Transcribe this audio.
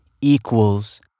equals